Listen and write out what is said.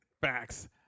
Facts